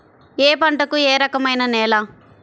ఏ పంటకు ఏ రకమైన నేల?